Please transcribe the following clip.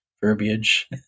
verbiage